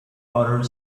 other